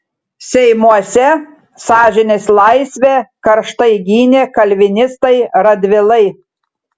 seimuose sąžinės laisvę karštai gynė kalvinistai radvilai